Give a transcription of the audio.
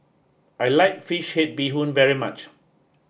I like Fish Head Bee Hoon very much